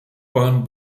bahn